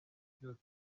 byose